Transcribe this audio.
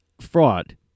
fraud